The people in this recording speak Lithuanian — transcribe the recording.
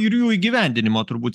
ir jų įgyvendinimo turbūt